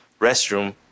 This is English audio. restroom